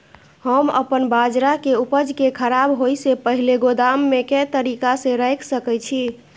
हम अपन बाजरा के उपज के खराब होय से पहिले गोदाम में के तरीका से रैख सके छी?